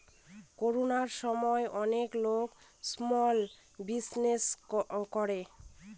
করোনার সময় অনেক লোক স্মল বিজনেস করে